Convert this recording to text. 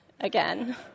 again